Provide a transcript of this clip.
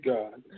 God